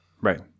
Right